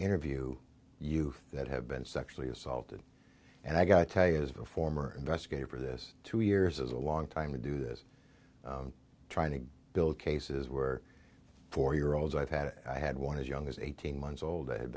interview youth that have been sexually assaulted and i gotta tell you it is reform are investigated for this two years is a long time to do this trying to build cases where four year olds i've had it i had one as young as eighteen months old and had